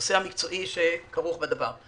הנושא המקצועי שכרוך בדבר.